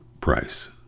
price